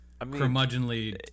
curmudgeonly